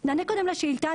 לשאילתה?